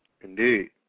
Indeed